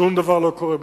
שום דבר לא קורה במקרה.